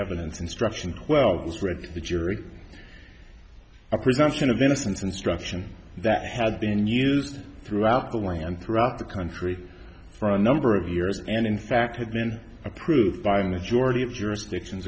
evidence instruction well it was read to the jury a presumption of innocence instruction that had been used throughout the land throughout the country for a number of years and in fact had been approved by a majority of jurisdictions